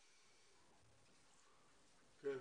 כן,